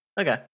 Okay